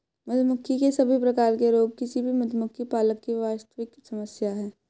मधुमक्खी के सभी प्रकार के रोग किसी भी मधुमक्खी पालक की वास्तविक समस्या है